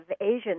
Asian